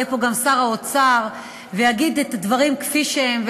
יהיה פה גם שר האוצר ויגיד את הדברים כפי שהם,